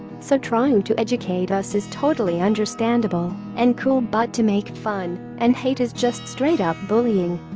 so trying to educate us is totally understandable and cool but to make fun and hate is just straight up bullying.